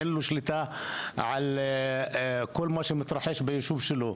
אין לו שליטה על כל מה שמתרחש ביישוב שלו,